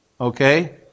Okay